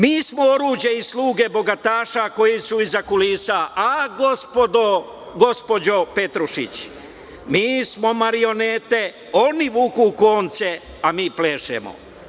Mi smo oruđe i sluge bogataša koji su iza kulisa, a gospođo Petrušić, mi smo marionete, oni vuku konce, a mi plešemo.